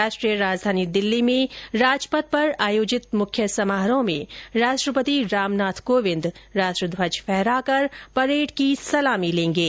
राष्ट्रीय राजधानी दिल्ली में राजपथ पर आयोजित मुख्य समारोह में राष्ट्रपति रामनाथ कोविंद राष्ट्र ध्वज फहराकर परेड की सलामी लेगें